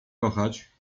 kochać